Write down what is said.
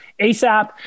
ASAP